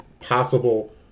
possible